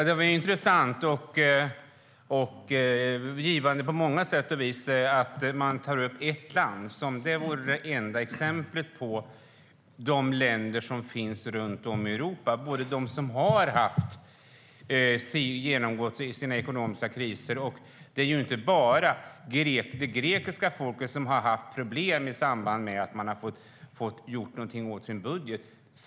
Herr talman! Det är intressant på många sätt att man tar upp ett land, som om det vore det enda exemplet på ett land i Europa som har genomgått ekonomisk kris. Det är inte bara det grekiska folket som har haft problem i samband med att man har fått göra något åt sin budget.